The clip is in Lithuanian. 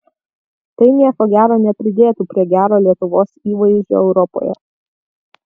tai nieko gero nepridėtų prie gero lietuvos įvaizdžio europoje